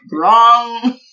wrong